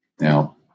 Now